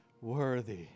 worthy